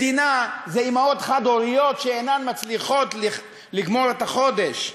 מדינה זה אימהות חד-הוריות שאינן מצליחות לגמור את החודש.